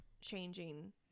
changing